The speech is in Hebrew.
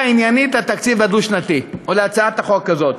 עניינית לתקציב הדו-שנתי או להצעת החוק הזאת.